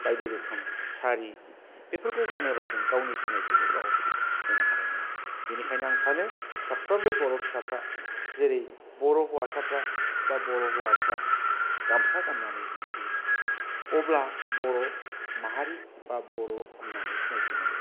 बायदि रोखोम सारि बेफोरखौ गानोबा जों गावनि सिनायथिखौ गाव होनो हानाय नङा बेनिखायनो आं सानो साफ्रामबो बर' फिसाफ्रा जेरै बर' हौवासाफ्रा बा बर' हौवाफ्रा गामसा गान्नानै दिन्थियो अब्ला बर' माहारि बा बर' होन्नानै सिनायथि मोनो